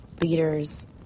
leaders